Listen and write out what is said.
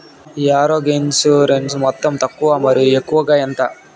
ఈ ఆరోగ్య ఇన్సూరెన్సు మొత్తం తక్కువ మరియు ఎక్కువగా ఎంత?